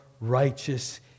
righteous